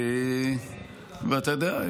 ואתה יודע,